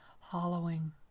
hollowing